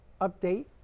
update